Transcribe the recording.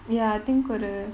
ya I think got to